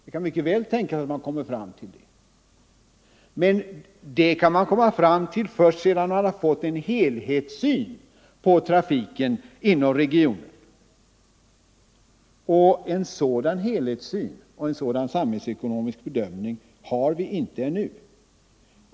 Det kan mycket väl tänkas att man kommer fram till det. Men det blir möjligt först sedan man har fått en helhetssyn på trafiken inom regionen, och en sådan helhetssyn och en sådan samhällsekonomisk bedömning har vi inte ännu.